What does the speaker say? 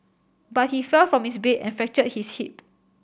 but he fell from his bed and fractured his hip